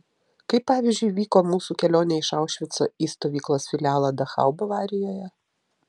kaip pavyzdžiui vyko mūsų kelionė iš aušvico į stovyklos filialą dachau bavarijoje